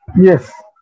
Yes